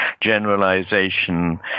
generalization